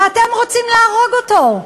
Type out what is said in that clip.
ואתם רוצים להרוג אותו.